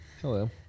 Hello